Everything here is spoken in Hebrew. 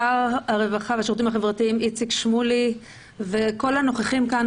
שר הרווחה והשירותים החברתיים איציק שמולי וכל הנוכחים כאן,